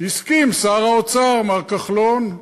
הסכים שר האוצר מר כחלון.